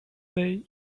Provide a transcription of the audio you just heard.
day